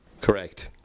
Correct